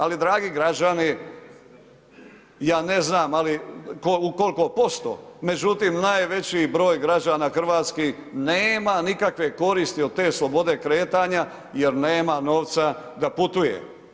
Ali dragi građani, ja ne znam ali u koliko posto, međutim najveći broj građana Hrvatske nema nikakve koriste od te slobode kretanja jer nema novca da putuje.